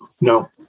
No